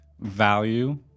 value